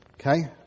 Okay